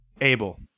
Abel